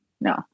no